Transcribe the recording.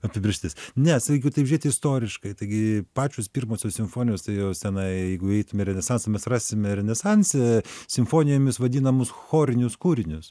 apibrėžtis nes jeigu taip žiūrėti istoriškai taigi pačios pirmosios simfonijos tai jau senai jeigu eitume į renesansą rasime renesanse simfonijomis vadinamus chorinius kūrinius